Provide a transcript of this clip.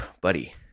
buddy